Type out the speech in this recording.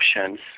options